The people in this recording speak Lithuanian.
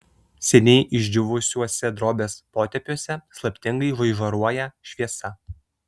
seniai išdžiūvusiuose drobės potėpiuose slaptingai žaižaruoja šviesa